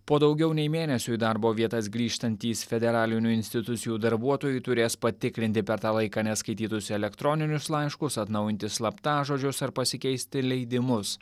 po daugiau nei mėnesio į darbo vietas grįžtantys federalinių institucijų darbuotojai turės patikrinti per tą laiką neskaitytus elektroninius laiškus atnaujinti slaptažodžius ar pasikeisti leidimus